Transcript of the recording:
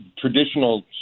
traditional